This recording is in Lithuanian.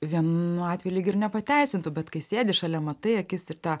vienu atveju lyg ir nepateisintų bet kai sėdi šalia matai akis ir tą